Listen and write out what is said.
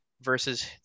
versus